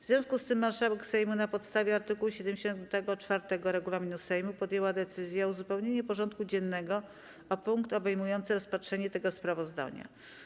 W związku z tym marszałek Sejmu, na podstawie art. 74 regulaminu Sejmu, podjęła decyzję o uzupełnieniu porządku dziennego o punkt obejmujący rozpatrzenie tego sprawozdania.